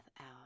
out